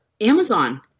Amazon